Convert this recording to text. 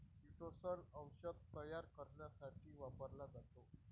chitosan औषध तयार करण्यासाठी वापरला जातो